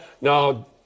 Now